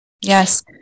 Yes